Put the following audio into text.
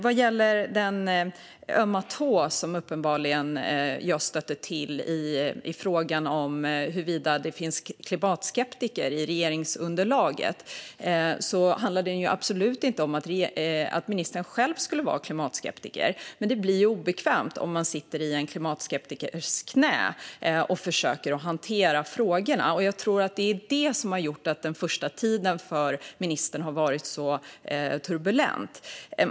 Vad gäller den ömma tå som jag uppenbarligen stötte till i fråga om det finns klimatskeptiker i regeringsunderlaget handlar det absolut inte om att ministern själv skulle vara klimatskeptiker. Men det blir obekvämt om man sitter i en klimatskeptikers knä och försöker hantera frågorna. Jag tror att det är det som har gjort att ministerns första tid har varit så turbulent.